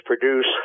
produce